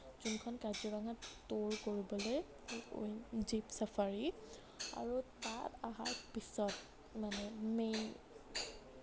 যোনখন কাজিৰঙাত ট'ৰ কৰিবলৈ জিপ ছাফাৰী আৰু তাত অহাৰ পিছত মানে মেইন